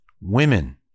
Women